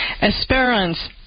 Esperance